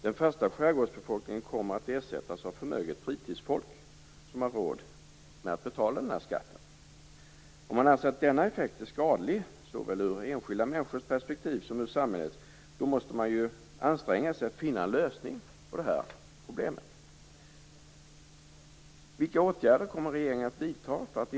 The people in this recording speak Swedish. Den fasta skärgårdsbefolkningen kommer att ersättas av förmöget fritidsfolk som har råd att betala skatten. Om man anser att denna effekt är skadlig, såväl ur enskilda människors som samhällets perspektiv, måste man anstränga sig att finna en lösning på problemet.